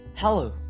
Hello